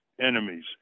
enemies